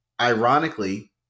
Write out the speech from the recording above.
ironically